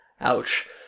Ouch